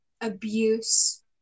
abuse